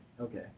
Okay